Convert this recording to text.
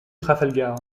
trafalgar